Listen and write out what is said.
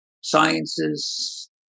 sciences